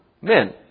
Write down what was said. Men